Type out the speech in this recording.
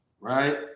right